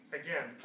again